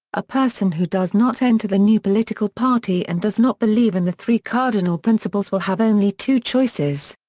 a person who does not enter the new political party and does not believe in the three cardinal principles will have only two choices.